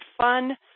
fun